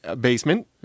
basement